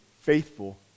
faithful